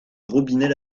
robinet